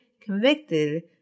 convicted